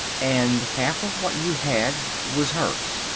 and half of what you had was hers?